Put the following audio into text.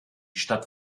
stadt